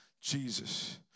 Jesus